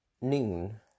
noon